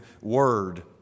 word